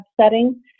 setting